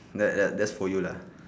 that that that's for you lah